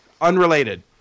Unrelated